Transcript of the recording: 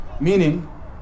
meaning